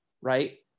Right